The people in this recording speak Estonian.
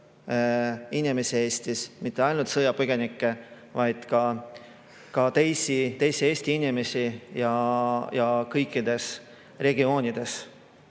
inimesi Eestis, mitte ainult sõjapõgenikke, vaid ka teisi Eesti inimesi, ja seda kõikides regioonides.